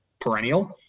perennial